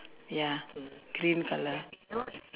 ya green colour